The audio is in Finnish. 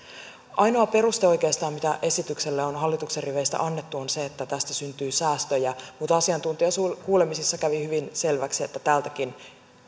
ainoa peruste mitä esitykselle on hallituksen riveistä annettu on se että tästä syntyy säästöjä mutta asiantuntijakuulemisissa kävi hyvin selväksi että tältäkin